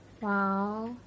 Wow